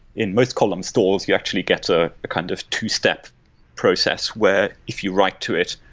in most column stores, you actually get a kind of two-step process where if you write to it,